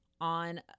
on